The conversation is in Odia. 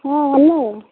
ହଁ ହେଲୋ